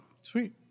Sweet